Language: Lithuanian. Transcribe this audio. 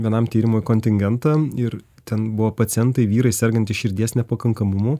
vienam tyrimui kontingentą ir ten buvo pacientai vyrai sergantys širdies nepakankamumu